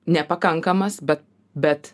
nepakankamas be bet